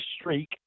streak